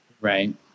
Right